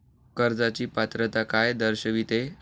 कर्जाची पात्रता काय दर्शविते?